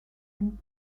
and